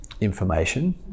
information